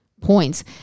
points